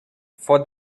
for